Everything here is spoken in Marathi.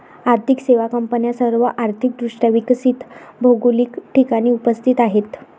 आर्थिक सेवा कंपन्या सर्व आर्थिक दृष्ट्या विकसित भौगोलिक ठिकाणी उपस्थित आहेत